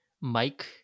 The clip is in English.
Mike